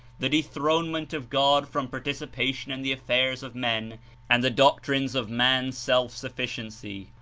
the dethronement of god from participation in the affairs of men and the doctrines of man's self-sufficiency.